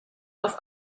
auf